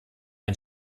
ein